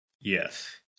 Yes